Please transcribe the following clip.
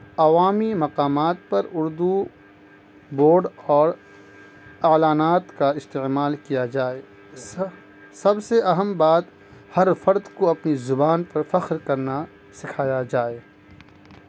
عوامی مقامات پر اردو بورڈ اور اعلانات کا استعمال کیا جائے سب سے اہم بات ہر فرد کو اپنی زبان پر فخر کرنا سکھایا جائے